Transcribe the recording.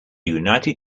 united